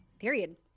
Period